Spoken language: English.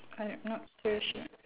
I not too sure